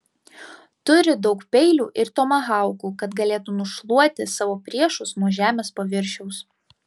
turi daug peilių ir tomahaukų kad galėtų nušluoti savo priešus nuo žemės paviršiaus